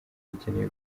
bikeneye